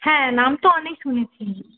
হ্যাঁ নাম তো অনেক শুনেছি